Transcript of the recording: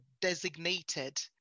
designated